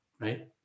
right